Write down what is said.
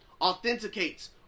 authenticates